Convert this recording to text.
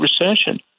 Recession